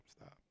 stop